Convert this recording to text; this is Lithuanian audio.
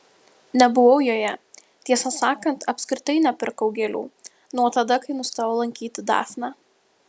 nebuvau joje tiesą sakant apskritai nepirkau gėlių nuo tada kai nustojau lankyti dafnę